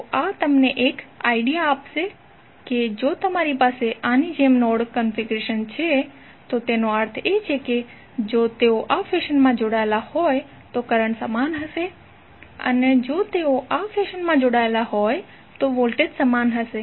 તો આ તમને એક આઇડિયા આપશે કે જો તમારી પાસે આની જેમ નોડ કન્ફિગરેશન છે તો તેનો અર્થ એ છે કે જો તેઓ આ ફેશનમાં જોડાયેલા હોય તો કરંટ સમાન હશે અને જો તેઓ આ ફેશનમાં જોડાયેલા હોય તો વોલ્ટેજ સમાન હશે